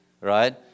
right